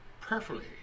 prayerfully